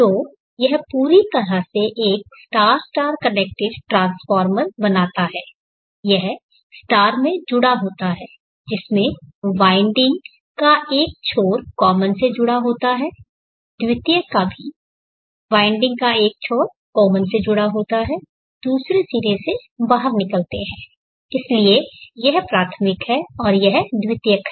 तो यह पूरी तरह से एक स्टार स्टार कनेक्टेड ट्रांसफ़ॉर्मर बनाता है यह स्टार में जुड़ा होता है जिसमे वाइंडिंग का एक छोर कॉमन से जुड़ा होता है द्वितीयक का भी वाइंडिंग का एक छोर कॉमन से जुड़ा होता है दूसरे सिरे से बाहर निकलते हैं इसलिए यह प्राथमिक है और यह द्वितीयक है